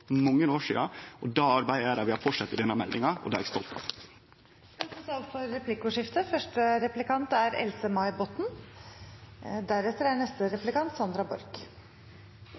mange år sidan. Det er det arbeidet vi har fortsett i denne meldinga, og det er eg stolt av. Det blir replikkordskifte. Representanten endte vel opp i diskusjon med seg selv oppe på talerstolen, med at